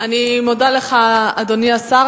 אני מודה לך, אדוני השר.